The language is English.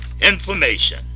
information